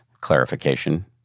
clarification